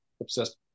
obsessed